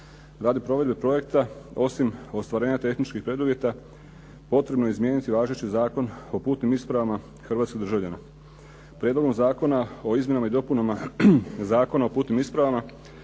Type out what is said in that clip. radi provedbe projekta osim ostvarenja tehničkih preduvjeta potrebno je izmijeniti važeći Zakon o putnim ispravama Hrvatskih državljana. Prijedlogom zakona o Izmjenama i dopunama Zakona o putnim ispravama